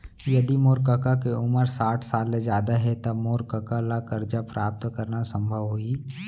यदि मोर कका के उमर साठ साल ले जादा हे त का मोर कका ला कर्जा प्राप्त करना संभव होही